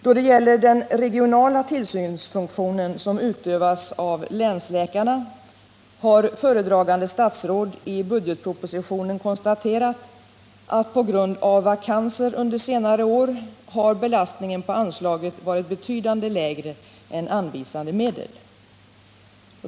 Då det gäller den regionala tillsynsfunktionen, som utövas av länsläkarna, har föredragande statsråd i budgetpropositionen konstaterat att på grund av vakanser under senare år har belastningen på anslagen varit betydligt lägre än anvisade medel.